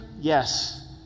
Yes